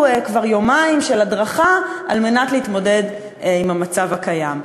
כבר יומיים של הדרכה על מנת להתמודד עם המצב הקיים.